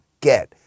get